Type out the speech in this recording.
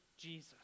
Jesus